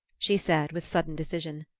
she said with sudden decision.